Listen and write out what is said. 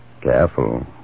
Careful